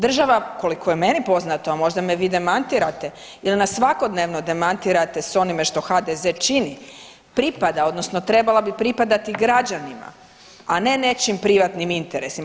Država koliko je meni poznato, a možda me vi demantirate jer nas svakodnevno demantirate s onime što HDZ čini, pripada odnosno trebala bi pripadati građanima, a ne nečijim privatnim interesima.